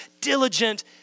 diligent